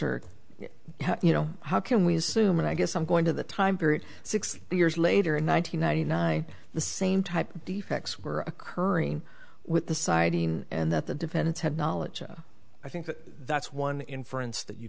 or you know how can we assume and i guess i'm going to the time period six years later in one thousand nine hundred nine the same type defects were occurring with the siding and that the defendants had knowledge i think that that's one inference that you